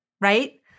right